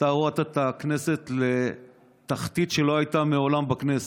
אתה הורדת את הכנסת לתחתית שלא הייתה מעולם בכנסת.